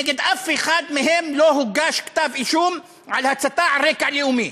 נגד אף אחד מהם לא הוגש כתב-אישום על הצתה על רקע לאומני,